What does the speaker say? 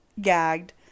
gagged